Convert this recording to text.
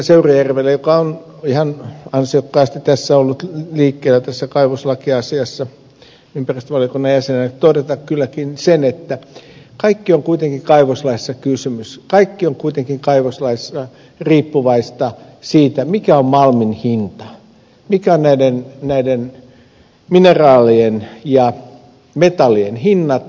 seurujärvelle joka on ihan ansiokkaasti ollut liikkeellä tässä kaivoslakiasiassa ympäristövaliokunnan jäsenenä todeta kylläkin sen että kaikki on kuitenkin kaivoslaissa riippuvaista siitä mikä on malmin hinta mitkä ovat näiden mineraalien ja metallien hinnat